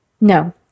No